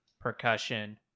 percussion